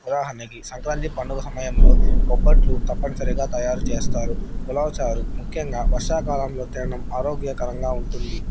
ఉదాహరణకి సంక్రాంతి పండుగ సమయంలో బొబ్బట్లు తప్పనిసరిగా తయారు చేస్తారు వులావచారు ముఖ్యంగా వర్షాకాలంలో తినడం ఆరోగ్యకరంగా ఉంటుంది